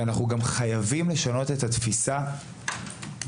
אנחנו גם חייבים לשנות את התפיסה כי